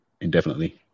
indefinitely